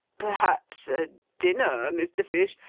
perhaps a dinner, mr. fish.